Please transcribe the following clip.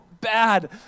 bad